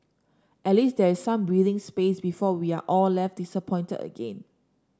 at least there is some breathing space before we are all left disappointed again